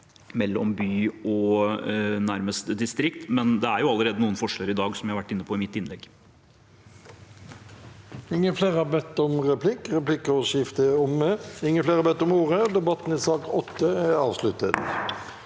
mellom by og distrikt, men det er allerede noen forskjeller i dag, som jeg har vært inne på i mitt innlegg.